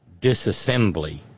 disassembly